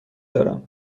دارم